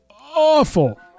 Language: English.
awful